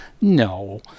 No